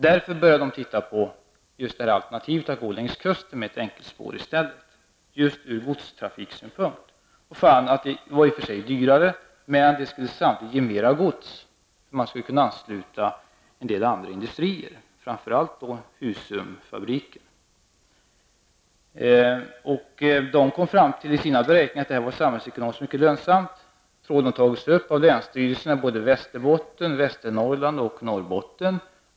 Därför började man titta på alternativet att gå längs kusten med ett enkelspår i stället, just ur godstrafiksynpunkt. Man fann att det i och för sig var dyrare, men att det sannolikt ger mer gods. Man skulle kunna ansluta en del andra industrier, framför allt Husumfabriken. SJ kom i sina beräkningar fram till att detta var samhällsekonomiskt mycket lönsamt. Frågan har tagits upp av länsstyrelserna i Västerbotten, Västernorrland och Norrbotten.